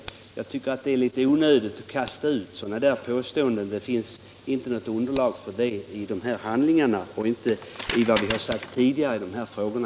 Det är, tycker jag, litet onödigt att kasta ut sådana påståenden; det finns inte något underlag för dem i handlingarna och inte heller i vad vi tidigare har sagt i de här frågorna.